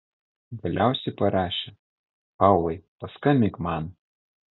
galiausiai parašė paulai paskambink man